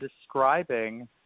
describing